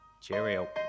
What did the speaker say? Cheerio